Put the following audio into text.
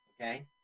okay